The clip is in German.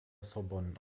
sorbonne